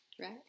right